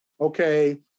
Okay